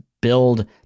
build